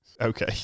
Okay